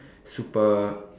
super